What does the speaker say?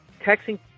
texting